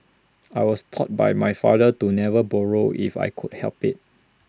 I was taught by my father to never borrow if I could help IT